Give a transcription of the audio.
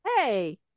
Hey